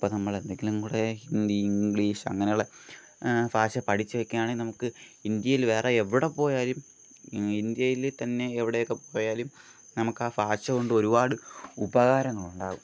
അപ്പം നമ്മൾ എന്നെങ്കിലും കൂടെ ഹിന്ദി ഇംഗ്ലീഷ് അങ്ങനെയുള്ള ഭാഷ പഠിച്ചു വയ്കാണെങ്കിൽ നമുക്ക് ഇന്ത്യയിൽ വേറെ എവിടെ പോയാലും ഇന്ത്യയിൽ തന്നെ എവിടെയൊക്കെ പോയാലും നമുക്ക് ആ ഭാഷ കൊണ്ട് ഒരുപാട് ഉപകാരങ്ങൾ ഉണ്ടാകും